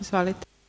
Izvolite.